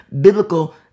biblical